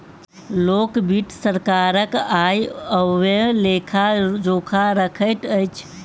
लोक वित्त सरकारक आय व्ययक लेखा जोखा रखैत अछि